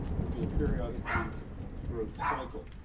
you'll get a periodic leak throughout the cycle.